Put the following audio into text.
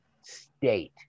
state